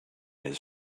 his